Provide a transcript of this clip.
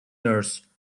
nurse